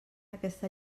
aquesta